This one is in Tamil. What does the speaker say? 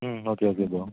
ம் ஓகே ஓகே ப்ரோ